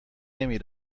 نمی